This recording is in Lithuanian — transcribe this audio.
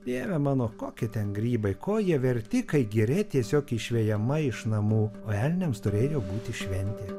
dieve mano kokie ten grybai ko jie verti kai giria tiesiog išvejama iš namų o elniams turėjo būti šventė